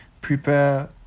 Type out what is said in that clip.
prepare